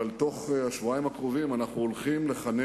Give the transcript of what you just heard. אבל בתוך השבועיים הקרובים אנחנו הולכים לכנס